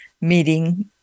meeting